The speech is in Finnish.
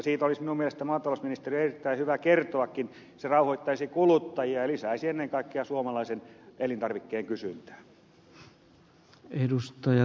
siitä olisi minun mielestäni maatalousministerin erittäin hyvä kertoakin se rauhoittaisi kuluttajia ja lisäisi ennen kaikkea suomalaisten elintarvikkeiden kysyntää